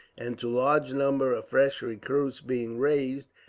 and to large numbers of fresh recruits being raised,